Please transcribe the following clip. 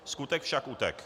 Skutek však utek'.